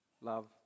love